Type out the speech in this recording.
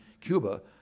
Cuba